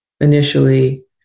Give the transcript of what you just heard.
initially